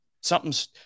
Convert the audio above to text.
Something's